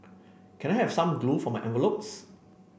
can I have some glue for my envelopes